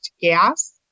gas